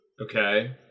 Okay